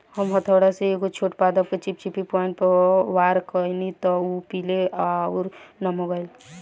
हम हथौड़ा से एगो छोट पादप के चिपचिपी पॉइंट पर वार कैनी त उ पीले आउर नम हो गईल